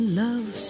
love